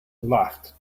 laughed